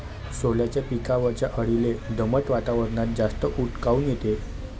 सोल्याच्या पिकावरच्या अळीले दमट वातावरनात जास्त ऊत काऊन येते?